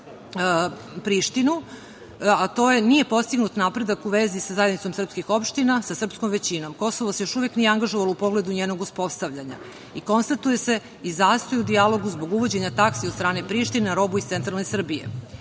Prištinu, a to je: „Nije postignut napredak u vezi sa Zajednicom srpskih opština, sa srpskom većinom. Kosovo se još uvek nije angažovalo u pogledu njenog uspostavljanja. Konstatuje se i zastoj u dijalogu zbog uvođenja taksi od strane Prištine na robu iz centralne Srbije“.Pošto